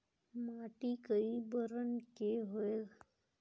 माटी कई बरन के होयल?